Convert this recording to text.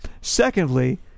secondly